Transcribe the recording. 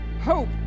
hope